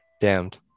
Damned